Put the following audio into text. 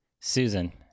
Susan